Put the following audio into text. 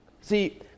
See